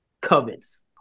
covets